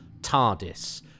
TARDIS